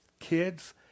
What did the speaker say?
kids